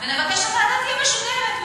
ונבקש שהוועדה תהיה משודרת.